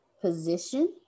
position